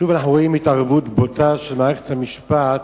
שוב אנחנו רואים התערבות בוטה של מערכת המשפט